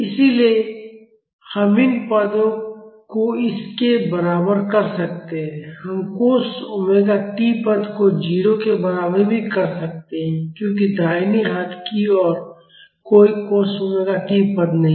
इसलिए हम इन पद को इसके बराबर कर सकते हैं हम cos ओमेगा टी पद को 0 के बराबर भी कर सकते हैं क्योंकि दाहिने हाथ की ओर कोई cos ओमेगा टी पद नहीं हैं